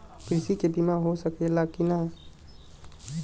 कृषि के बिमा हो सकला की ना?